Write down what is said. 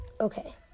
Okay